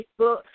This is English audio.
Facebook